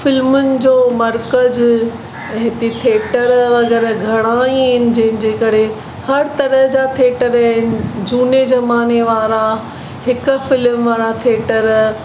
फिल्मनि जो मर्कज़ हिते थिएटर वग़ौरह घणा ई आहिनि जंहिंजे करे हर तरह जा थिएटर आहिनि झूने ज़माने वारा हिकु फिल्म वारा थिएटर